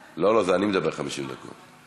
לא, זה אני מדבר 50 דקות.